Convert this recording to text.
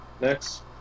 next